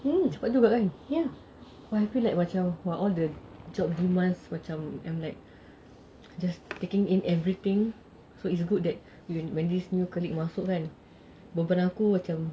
mm yes